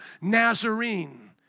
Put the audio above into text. Nazarene